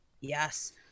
yes